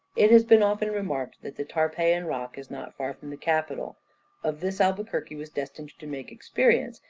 it has been often remarked that the tarpeian rock is not far from the capitol of this albuquerque was destined to make experience,